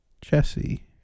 Jesse